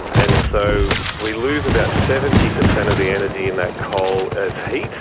and so we lose about seventy percent of the energy in that coal as heat,